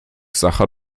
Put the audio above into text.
sacher